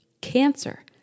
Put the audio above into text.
cancer